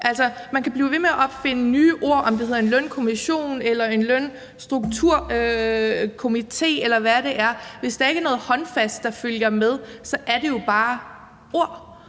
med. Man kan blive ved med at opfinde nye ord, om det så er en lønkommission eller en lønstrukturkomité, eller hvad det er. Hvis der ikke er noget håndfast, der følger med, så er det jo bare ord,